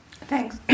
Thanks